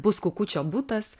bus kukučio butas